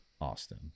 Austin